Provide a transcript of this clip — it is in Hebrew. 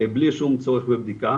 בלי שום צורך בבדיקה